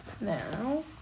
Now